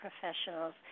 professionals